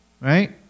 Right